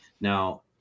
Now